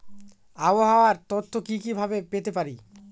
আবহাওয়ার তথ্য কি কি ভাবে পেতে পারি?